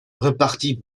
repartit